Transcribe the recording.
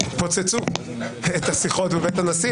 שפוצצו את השיחות בבית הנשיא,